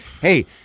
Hey